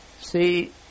See